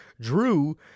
Drew